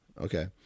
Okay